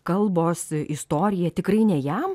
kalbos istorija tikrai ne jam